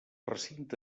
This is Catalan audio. recinte